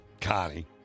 connie